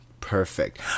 Perfect